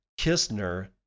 Kistner